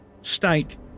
steak